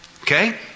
Okay